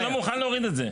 אין, לא מוכן להוריד את זה.